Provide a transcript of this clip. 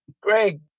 Greg